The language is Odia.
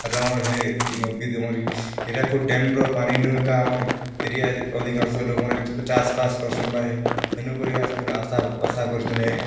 ଆରୁ ଆମର୍ ହେ ଇ ଇ ଆମର୍ ହିରାକୁଦ୍ ଡ୍ୟାମ୍ର ପାନିନୁ ଏକା ଆମର୍ ଏରିଆ ଅଧିକାଂଶ ଲୋକ୍ମନେ ଚାଷ୍ ଫାଷ୍ କର୍ସନ୍ ହେନୁ କରିଏକା ସବୁ ବେଲେ ଆଶା ଆଶା କରିଚନ୍ ହେ